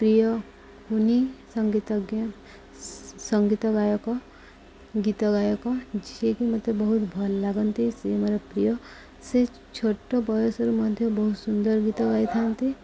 ପ୍ରିୟ କୁନି ସଙ୍ଗୀତଜ୍ଞ ସଙ୍ଗୀତ ଗାୟକ ଗୀତ ଗାୟକ ଯିଏକି ମୋତେ ବହୁତ ଭଲ ଲାଗନ୍ତି ସିଏ ମୋର ପ୍ରିୟ ସେ ଛୋଟ ବୟସରୁ ମଧ୍ୟ ବହୁତ ସୁନ୍ଦର ଗୀତ ଗାଇଥାନ୍ତି